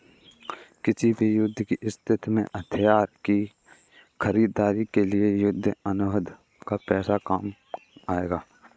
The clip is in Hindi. किसी भी युद्ध की स्थिति में हथियार की खरीदारी के लिए युद्ध अनुबंध का पैसा काम आएगा